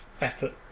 effort